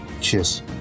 Cheers